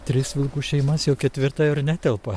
tris vilkų šeimas jau ketvirta ir netelpa